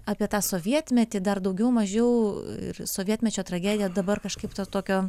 apie tą sovietmetį dar daugiau mažiau ir sovietmečio tragediją dabar kažkaip to tokio